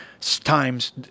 times